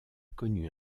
connu